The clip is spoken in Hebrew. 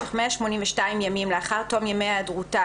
במשך 182 ימים לאחר תום ימי היעדרותה